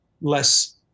less